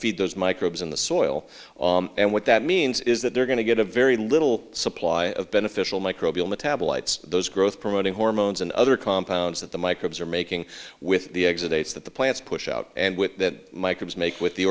feed those microbes in the soil and what that means is that they're going to get a very little supply of beneficial microbial metabolites those growth promoting hormones and other compounds that the microbes are making with the eggs of dates that the plants push out and with that microbes make with the